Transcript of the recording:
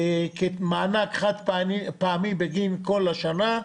כמענק חד-פעמי בגין כל השנה.